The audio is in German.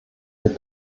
wir